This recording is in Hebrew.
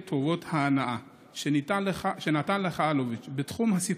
טובות הנאה שנתן לך אלוביץ' בתחום הסיקור,